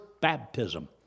baptism